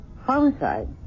Homicide